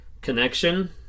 connection